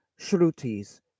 Shrutis